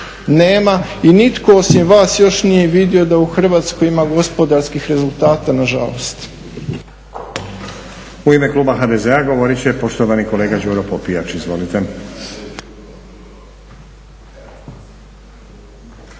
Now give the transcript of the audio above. Nema i nitko osim vas još nije vidio da u Hrvatskoj ima gospodarskih rezultata na žalost.